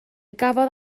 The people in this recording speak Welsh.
gafodd